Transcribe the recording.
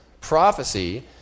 prophecy